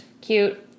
Cute